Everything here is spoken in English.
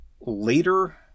later